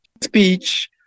speech